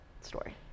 story